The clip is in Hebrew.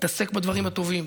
להתעסק בדברים הטובים,